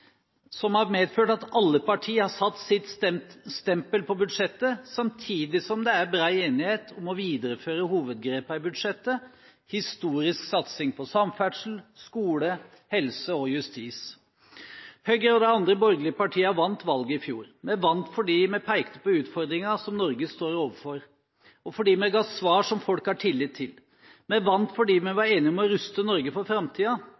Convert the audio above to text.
som har medført at alle partier har satt sitt stempel på budsjettet, samtidig som det er bred enighet om å videreføre hovedgrepene i budsjettet, historisk satsing på samferdsel, skole, helse og justis. Høyre og de andre borgerlige partiene vant valget i fjor. Vi vant fordi vi pekte på utfordringer som Norge står overfor, og fordi vi ga svar som folk har tillit til. Vi vant fordi vi var enige om å ruste Norge for